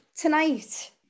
tonight